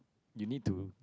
you need to